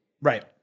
Right